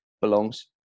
belongs